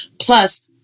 Plus